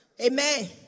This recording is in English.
Amen